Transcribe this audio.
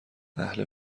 اهل